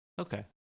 Okay